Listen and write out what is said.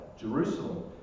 Jerusalem